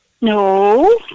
No